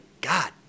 God